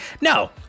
No